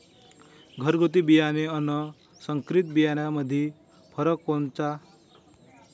घरगुती बियाणे अन संकरीत बियाणामंदी फरक कोनचा?